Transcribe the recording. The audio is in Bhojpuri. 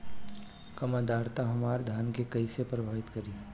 कम आद्रता हमार धान के कइसे प्रभावित करी?